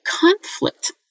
conflict